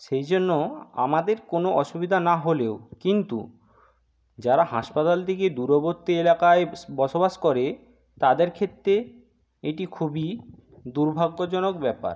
সেই জন্য আমাদের কোনো অসুবিধা না হলেও কিন্তু যারা হাসপাতাল থেকে দূরবর্তী এলাকায় বসবাস করে তাদের ক্ষেত্রে এটি খুবই দুর্ভাগ্যজনক ব্যাপার